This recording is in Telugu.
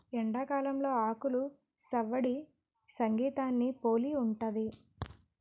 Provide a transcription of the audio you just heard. ఎండాకాలంలో ఆకులు సవ్వడి సంగీతాన్ని పోలి ఉంటది